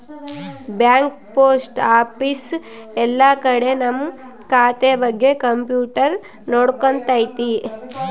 bank post office ಎಲ್ಲ ಕಡೆ ನಮ್ ಖಾತೆ ಬಗ್ಗೆ ಕಂಪ್ಯೂಟರ್ ನೋಡ್ಕೊತೈತಿ